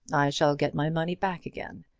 i shall get my money back again.